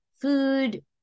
food